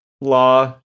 law